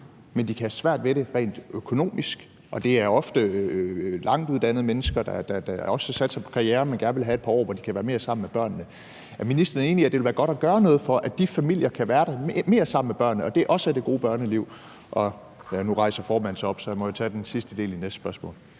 men at de kan have svært ved det rent økonomisk. Det er ofte langtuddannede mennesker, der også satser på karrieren, men gerne vil have et par år, hvor de kan være mere sammen med børnene. Er ministeren enig i, at det vil være godt at gøre noget for, at de familier kan være mere sammen med børnene, og at det også er det gode børneliv? Nu rejser formanden sig op, så jeg må jo tage den sidste del i næste spørgsmål.